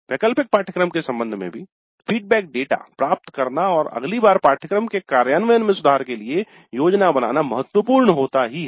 वैकल्पिक पाठ्यक्रम के संबंध में भी फीडबैक डेटा प्राप्त करना और अगली बार पाठ्यक्रम के कार्यान्वयन में सुधार के लिए योजना बनाना महत्वपूर्ण होता ही है